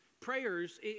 prayers